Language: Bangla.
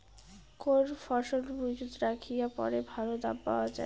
কোন ফসল মুজুত রাখিয়া পরে ভালো দাম পাওয়া যায়?